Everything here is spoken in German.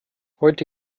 heute